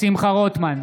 שמחה רוטמן,